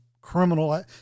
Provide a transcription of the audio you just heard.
criminal